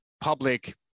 public